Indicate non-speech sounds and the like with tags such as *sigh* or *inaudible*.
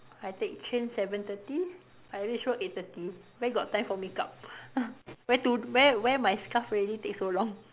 I take train seven thirty I reach home eight thirty where got time for makeup *noise* wear tu~ wear wear my scarf already take so long